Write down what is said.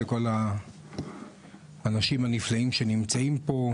לכל האנשים הנפלאים שנמצאים פה,